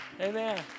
Amen